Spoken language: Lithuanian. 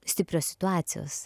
stiprios situacijos